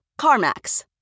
CarMax